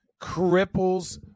Cripples –